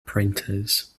printers